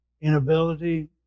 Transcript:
inability